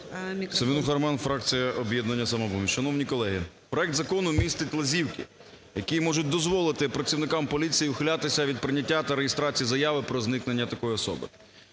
Семенуха Роман, фракція "Об'єднання "Самопоміч". Шановні колеги! Проект закону містить лазівки, які можуть дозволити працівникам поліції ухилятися від прийняття та реєстрації заяви про зникнення такої особи.